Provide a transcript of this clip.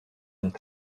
ont